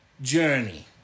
journey